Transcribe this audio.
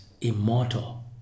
immortal